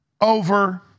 over